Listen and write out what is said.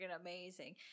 amazing